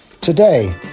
today